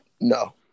No